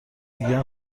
میگن